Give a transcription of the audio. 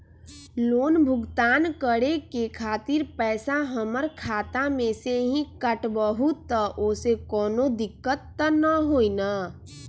Loan भुगतान करे के खातिर पैसा हमर खाता में से ही काटबहु त ओसे कौनो दिक्कत त न होई न?